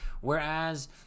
whereas